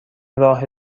راه